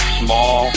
small